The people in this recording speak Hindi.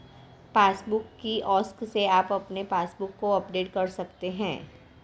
पासबुक किऑस्क से आप अपने पासबुक को अपडेट कर सकते हैं